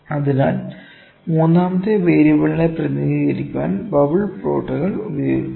അതിനാൽ മൂന്നാമത്തെ വേരിയബിളിനെ പ്രതിനിധീകരിക്കാൻ ബബിൾ പ്ലോട്ടുകൾ ഉപയോഗിക്കുന്നു